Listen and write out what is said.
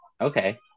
Okay